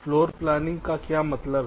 floorplanning का क्या मतलब है